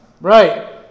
Right